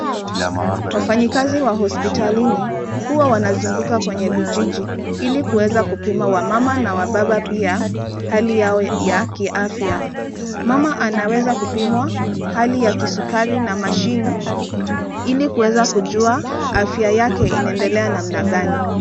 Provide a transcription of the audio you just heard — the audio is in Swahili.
Wafanyikazi wa hospitalini huwa wanazunguka kwenye vijiji ili kuweza kupima wamama na wababa pia hali yao ya kiafya, mama anaweza kupimwa hali ya kisukari na mashine ili kuweza kujua afya yake inaendelea namna gani.